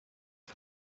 for